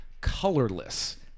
colorless